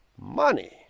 money